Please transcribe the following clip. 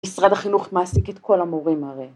משרד החינוך מעסיק את כל המורים הרי.